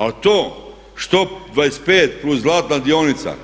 Ali to što 25 plus zlatna dionica,